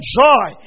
joy